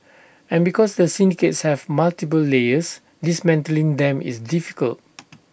and because the syndicates have multiple layers dismantling them is difficult